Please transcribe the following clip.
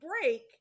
break